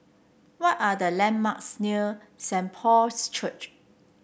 what are the landmarks near Saint Paul's Church